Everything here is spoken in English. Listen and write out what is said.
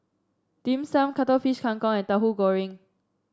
Dim Sum Cuttlefish Kang Kong and Tauhu Goreng